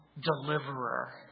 deliverer